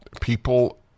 people